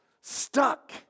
stuck